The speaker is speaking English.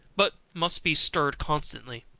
but must be stirred constantly.